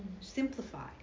Simplify